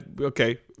Okay